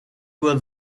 were